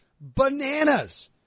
bananas